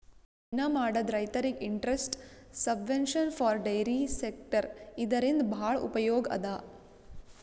ಹೈನಾ ಮಾಡದ್ ರೈತರಿಗ್ interest subvention for dairy sector ಇದರಿಂದ್ ಭಾಳ್ ಉಪಯೋಗ್ ಅದಾ